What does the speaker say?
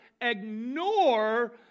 ignore